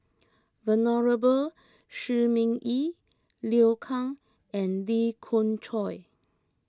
Venerable Shi Ming Yi Liu Kang and Lee Khoon Choy